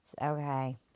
Okay